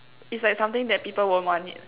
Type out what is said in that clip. is like something that people won't want it